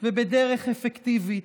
ובדרך אפקטיבית,